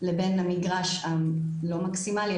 לבין המגרש הלא מקסימלי,